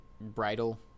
bridle